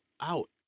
out